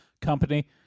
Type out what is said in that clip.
company